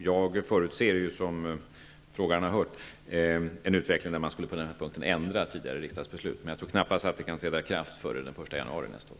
Jag förutser, som frågeställaren har hört, en utveckling där man på den punkten kan ändra i tidigare riksdagsbeslut. Men jag tror knappast att de ändringarna kan träda i kraft före den 1 januari nästa år.